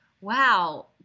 wow